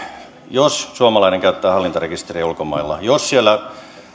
jos suomalainen käyttää hallintarekisteriä ulkomailla jos siellä tehdään